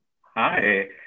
Hi